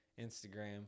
Instagram